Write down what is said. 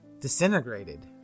disintegrated